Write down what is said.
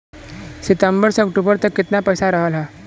सितंबर से अक्टूबर तक कितना पैसा रहल ह?